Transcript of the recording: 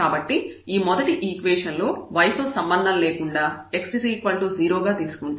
కాబట్టి ఈ మొదటి ఈక్వేషన్ లో y తో సంబంధం లేకుండా x 0 గా తీసుకుంటే ఈ fx0 అవుతుంది